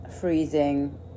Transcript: freezing